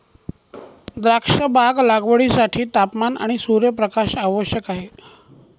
द्राक्षबाग लागवडीसाठी तापमान आणि सूर्यप्रकाश आवश्यक आहे